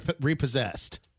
repossessed